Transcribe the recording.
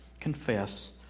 confess